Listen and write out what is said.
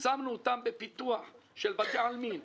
שמנו אותם בפיתוח של בתי עלמין,